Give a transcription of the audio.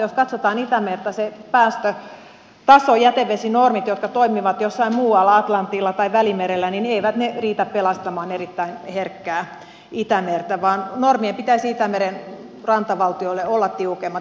jos katsotaan itämerta päästötaso ja jätevesinormit jotka toimivat jossain muualla atlantilla tai välimerellä eivät riitä pelastamaan erittäin herkkää itämerta vaan normien pitäisi itämeren rantavaltioille olla tiukemmat